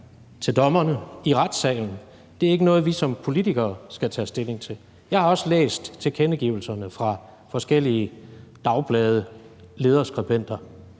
til dommerne i retssalen, og at det ikke er noget, vi som politikere skal tage stilling til? Jeg har også læst tilkendegivelserne fra forskellige dagblade, fra lederskribenter,